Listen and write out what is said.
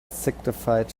signified